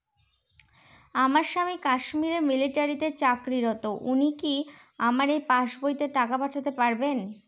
আমার স্বামী কাশ্মীরে মিলিটারিতে চাকুরিরত উনি কি আমার এই পাসবইতে টাকা পাঠাতে পারবেন?